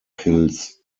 kills